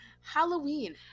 Halloween